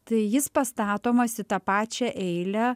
tai jis pastatomas į tą pačią eilę